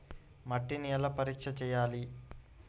మట్టిని ఎలా పరీక్ష చేయాలి?